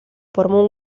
formó